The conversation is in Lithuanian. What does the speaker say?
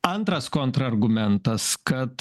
antras kontrargumentas kad